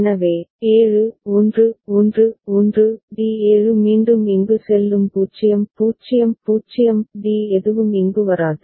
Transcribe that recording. எனவே 7 1 1 1 D7 மீண்டும் இங்கு செல்லும் 0 0 0 D எதுவும் இங்கு வராது